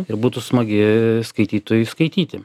ir būtų smagi skaitytojui skaityti